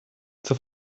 zur